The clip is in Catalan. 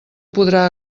podrà